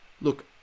look